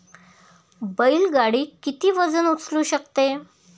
बैल गाडी किती वजन उचलू शकते?